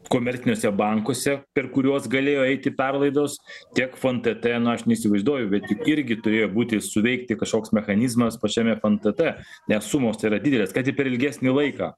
komerciniuose bankuose per kuriuos galėjo eiti perlaidos tiek fntt na aš neįsivaizduoju bet juk irgi turėjo būti suveikti kažkoks mechanizmas pačiam fntt nes sumos tai yra didelės kad ir per ilgesnį laiką